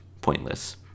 pointless